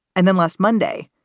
and then last monday,